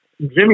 Jimmy